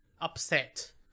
upset